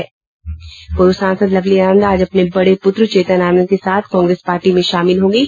पूर्व सांसद लवली आनंद आज अपने बड़े पूत्र चेतन आनंद के साथ कांग्रेस पार्टी में शामिल हो गयी